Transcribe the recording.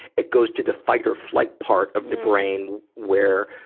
it goes to the fight or flight part of the brain where,